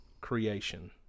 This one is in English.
creation